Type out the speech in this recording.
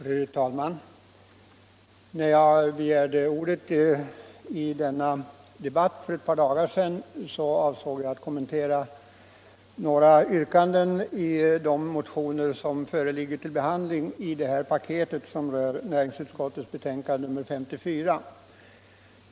Fru talman! När jag anmälde mig till denna debatt för ett par dagar sedan avsåg jag att kommentera några yrkanden i de motioner som föreligger till behandling i näringsutskottets betänkande nr 54.